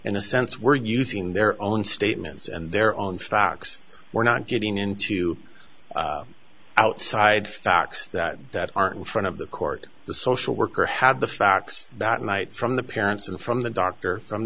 in a sense we're using their own statements and their own facts we're not getting into outside facts that that are in front of the court the social worker had the facts that night from the parents and from the doctor from